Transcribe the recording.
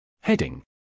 Heading